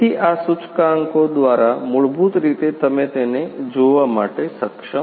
તેથી આ સૂચકાંકો દ્વારા મૂળભૂત રીતે તમે તેને જોવા માંટે સક્ષમ છો